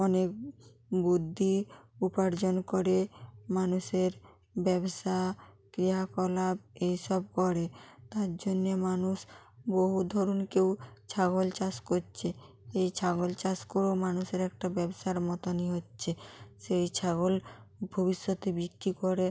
অনেক বুদ্ধি উপার্জন করে মানুষের ব্যবসা ক্রিয়াকলাপ এই সব করে তার জন্যে মানুষ বহু ধরুন কেউ ছাগল চাষ করছে এই ছাগল চাষ করেও মানুষের একটা ব্যবসার মতোনই হচ্ছে সেই ছাগল ভবিষ্যতে বিক্রি করে